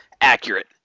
accurate